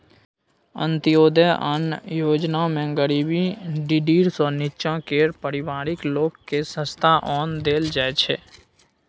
अंत्योदय अन्न योजनामे गरीबी डिडीर सँ नीच्चाँ केर परिबारक लोककेँ सस्ता ओन देल जाइ छै